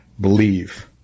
believe